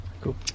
Cool